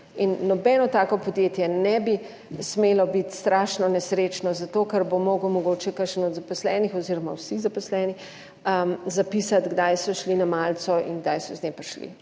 In nobeno tako podjetje ne bi smelo biti strašno nesrečno zato, ker bo moral mogoče kakšen od zaposlenih oz. vsi zaposleni zapisati, kdaj so šli na malico in kdaj so iz nje prišli